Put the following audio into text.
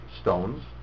stones